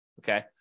okay